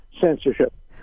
censorship